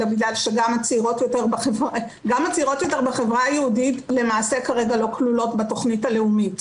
גם הצעירות יותר בחברה היהודית כרגע לא כלולות בתכנית הלאומית.